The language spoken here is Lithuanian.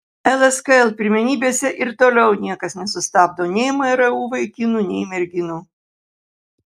lskl pirmenybėse ir toliau niekas nesustabdo nei mru vaikinų nei merginų